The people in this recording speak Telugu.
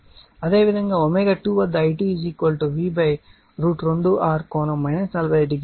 అదేవిధంగా ω2 వద్ద I 2 V √ 2 R కోణం 45 డిగ్రీ అవుతుంది